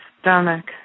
stomach